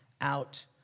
out